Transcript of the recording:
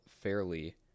fairly